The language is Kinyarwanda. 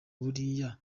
bariya